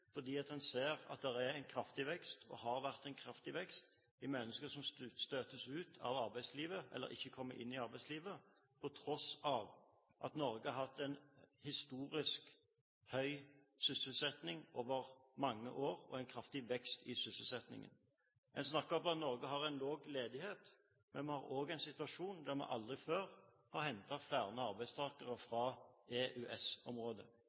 har vært en kraftig vekst, i antall mennesker som støtes ut av arbeidslivet eller ikke kommer inn i arbeidslivet, til tross for at Norge har hatt en historisk høy sysselsetting over mange år og en kraftig vekst i sysselsettingen. En snakker om at Norge har lav ledighet, men vi har også en situasjon der vi aldri før har hentet flere arbeidstakere